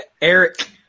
Eric